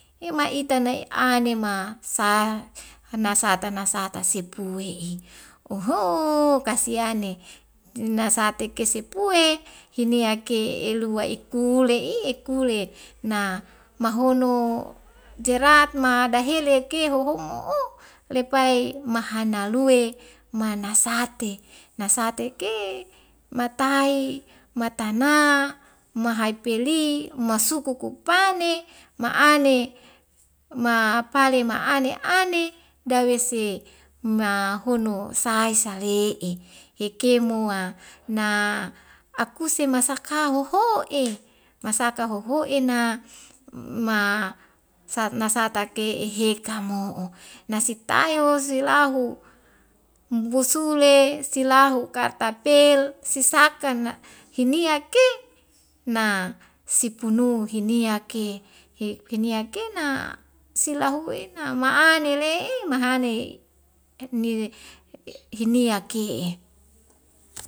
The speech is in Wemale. Emaitan nai anema sa hanasata nasata sepu e i oohoooo kasiane nasate kesepue hiniake eluwai ikule i ikule na mahono jerat ma dahile yeki huhom'o lepai mahana lue manasate nasate ke matai matana mahai peli masuku kuk pane ma'ane ma pale ma'ane ane dawese mahono sae sale'e heke moa na akuse masaka hoho'e masaka hoho'ena ma sat nasatake ehekamo'o nasitai ho silahu bosule silahu katapel sisaka na' hiniak ke na sipunu hiniak ke heup kiniak kena silahuena ma'ane le'i mahane ni hiniak ke'e